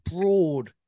broad